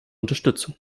unterstützung